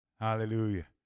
Hallelujah